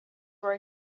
were